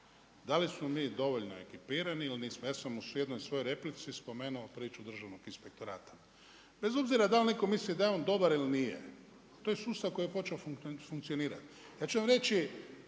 Da li smo mi dovoljno ekipirani ili nismo. Ja sam u jednoj svojoj replici spomenuo priču državnog inspektorata. Bez obzira da li neko misli da je on dobar ili nije, to je sustav koji je počeo funkcionirati. Ja ću vam reći